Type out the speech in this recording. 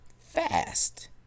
Fast